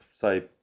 say